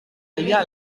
ella